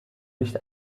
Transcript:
nicht